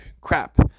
crap